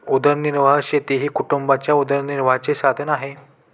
उदरनिर्वाह शेती हे कुटुंबाच्या उदरनिर्वाहाचे साधन आहे